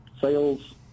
Sales